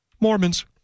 Mormons